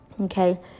Okay